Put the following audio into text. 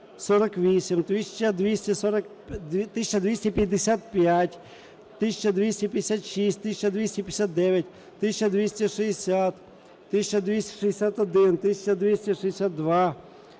1248, 1255, 1256, 1259, 1260, 1261, 1262,